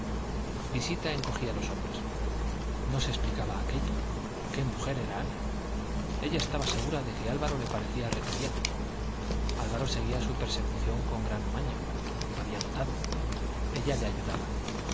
visita encogía los hombros no se explicaba aquello qué mujer era ana ella estaba segura de que álvaro le parecía retebién álvaro seguía su persecución con gran maña lo había notado ella le ayudaba